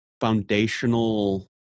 foundational